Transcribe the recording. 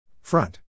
Front